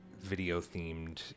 video-themed